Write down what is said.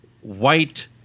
white